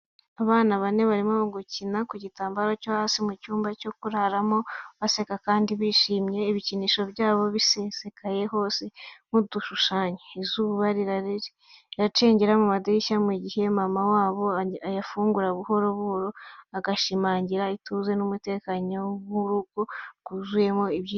Abana bane barimo gukina ku gitambaro cyo hasi mu cyumba cyo kuraramo, baseka kandi bishimye, ibikinisho byabo bisesekaye hose nk’udushushanyo. Izuba riracengera mu madirishya mu gihe mama wabo ayafunga buhoro buhoro, agashimangira ituze n’umutekano w’urugo rwuzuyemo ibyishimo.